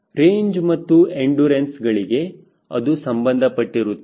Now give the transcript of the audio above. range ಮತ್ತು ಎಂಡುರನ್ಸ್ಗಳಿಗೆ ಅದು ಸಂಬಂಧಪಟ್ಟಿರುತ್ತದೆ